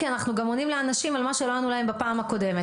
כי אנחנו גם עונים לאנשים על מה שלא ענו להם בפעם הקודמת.